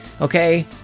okay